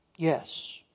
Yes